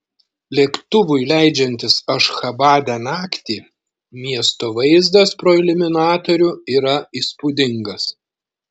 lėktuvui leidžiantis ašchabade naktį miesto vaizdas pro iliuminatorių yra įspūdingas